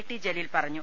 T Jaleel പറഞ്ഞു